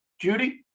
Judy